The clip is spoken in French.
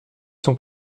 sont